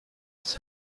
his